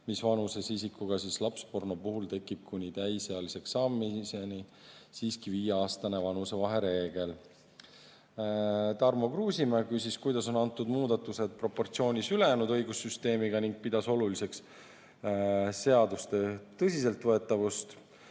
mis vanuses isikuga, siis lapsporno puhul kehtib kuni täisealiseks saamiseni siiski viieaastase vanusevahe reegel. Tarmo Kruusimäe küsis, kuidas on antud muudatused proportsioonis ülejäänud õigussüsteemiga, ning pidas oluliseks seaduste tõsiselt võetavust.